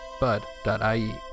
bud.ie